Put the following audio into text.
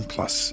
Plus